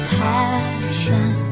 passion